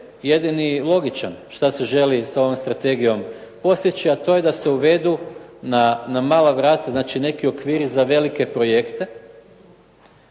jedini logičan, šta se želi sa ovom strategijom postići, a to je da se uvedu na mala vrata znači neki okviri za velike projekte